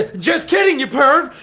ah just kidding, you perv. uhh.